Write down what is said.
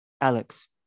Alex